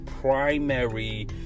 primary